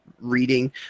reading